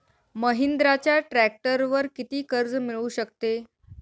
महिंद्राच्या ट्रॅक्टरवर किती कर्ज मिळू शकते?